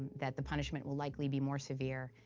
that the punishment will likely be more severe,